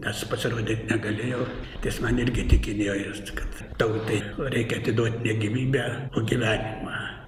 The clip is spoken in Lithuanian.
nes pasirodyt negalėjau tai jis man irgi įtikinėjo jis kad tautai reikia atiduot ne gyvybę o gyvenimą